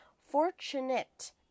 fortunate